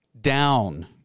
down